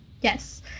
yes